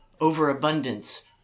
overabundance